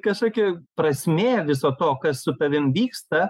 kažkokia prasmė viso to kas su tavim vyksta